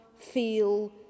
feel